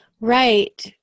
Right